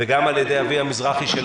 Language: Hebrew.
על ידי אביה מזרחי מגן,